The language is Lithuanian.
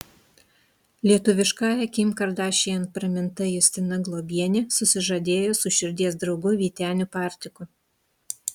lietuviškąja kim kardašian praminta justina globienė susižadėjo su širdies draugu vyteniu partiku